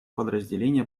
подразделение